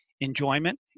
enjoyment